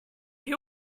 you